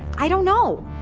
i don't know,